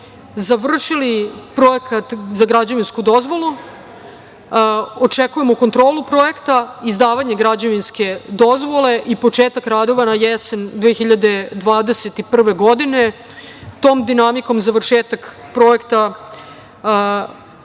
završili projekat za građevinsku dozvolu. Očekujemo kontrolu projekta, izdavanje građevinske dozvole i početak radova na jesen 2021. godine. Tom dinamikom završetak projekta